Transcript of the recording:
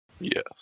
Yes